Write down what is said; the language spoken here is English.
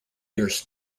years